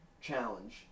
challenge